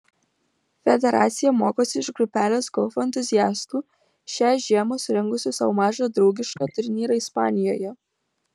federacija mokosi iš grupelės golfo entuziastų šią žiemą surengusių sau mažą draugišką turnyrą ispanijoje